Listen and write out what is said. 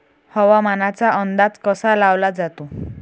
हवामानाचा अंदाज कसा लावला जाते?